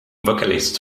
vocalist